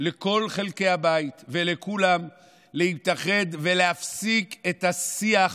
לכל חלקי הבית ולכולם להתאחד ולהפסיק את השיח